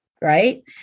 right